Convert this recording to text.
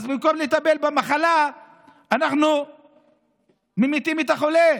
אז במקום לטפל במחלה, אנחנו ממיתים את החולה,